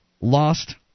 lost